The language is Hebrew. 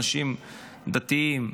אנשים דתיים.